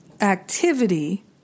activity